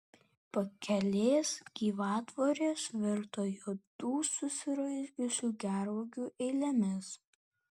pakelės gyvatvorės virto juodų susiraizgiusių gervuogių eilėmis